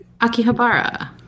Akihabara